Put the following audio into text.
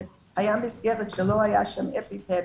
שהייתה מסגרת שלא היה שם אפיפן,